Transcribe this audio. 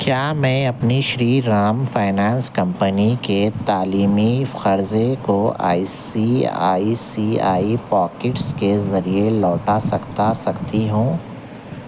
کیا میں اپنے شری رام فائنانس کمپنی کے تعلیمی قرضے کو I C I C I pockets کے ذریعے لوٹا سکتا سکتی ہوں